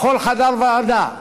בכל חדר ועדה,